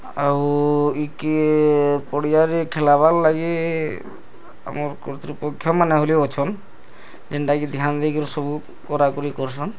ଆଉ ଇକେ ପଡ଼ିଆରେ ଖେଲାବାର୍ ଲାଗି ଆମର କର୍ତ୍ତୃ ପକ୍ଷମାନେ ହେଲେ ଅଛନ୍ ଯେନ୍ତା କି ଧ୍ୟାନ୍ ଦେଇ କରି ସବୁ କରା କରି କରୁସନ୍